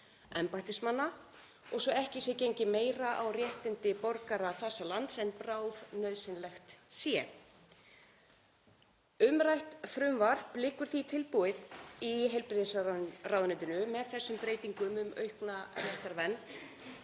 embættismanna svo ekki sé gengið meira á réttindi borgara þessa lands en bráðnauðsynlegt sé. Umrætt frumvarp liggur því tilbúið í heilbrigðisráðuneytinu með þessum breytingum um aukna réttarvernd.